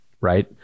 right